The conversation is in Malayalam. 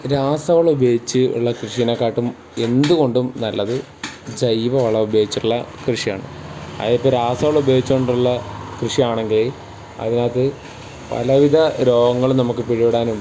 രാസവളം ഉപയോഗിച്ചുള്ള കൃഷിയിനെക്കാട്ടും എന്തുകൊണ്ടും നല്ലത് ജൈവവളം ഉപയോഗിച്ചുള്ള കൃഷിയാണ് അതിപ്പോൾ രാസവളം ഉപയോഗിച്ചുകൊണ്ടുള്ള കൃഷിയാണെങ്കിൽ അതിനകത്ത് പലവിധ രോഗങ്ങളും നമുക്ക് പിടിപെടാനും